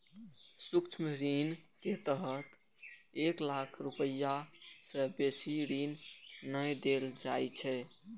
सूक्ष्म ऋण के तहत एक लाख रुपैया सं बेसी ऋण नै देल जाइ छै